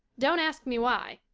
don't ask me why.